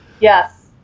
Yes